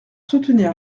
soutenir